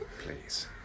please